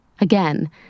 Again